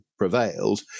Prevailed